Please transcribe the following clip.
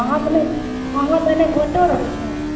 अहाँ दने अहाँ दने गोटो रहै छै